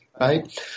right